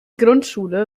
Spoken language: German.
grundschule